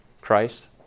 Christ